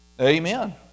Amen